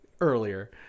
earlier